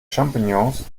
champignons